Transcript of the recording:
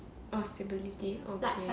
orh stability okay